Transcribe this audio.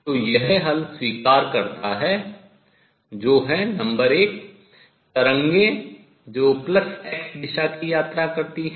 तो यह हल स्वीकार करता है जो हैं नंबर 1 तरंगें जो प्लस x दिशा की यात्रा करती हैं